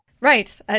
Right